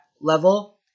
level